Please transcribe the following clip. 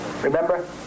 Remember